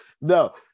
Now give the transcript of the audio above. No